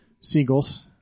seagulls